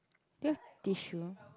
do you have tissue